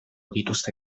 dituzte